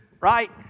right